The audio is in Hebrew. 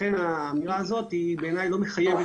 לכן האמירה הזאת בעיניי לא מחייבת